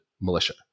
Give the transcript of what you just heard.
militia